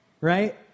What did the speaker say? right